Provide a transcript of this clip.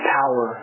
power